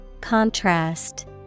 Contrast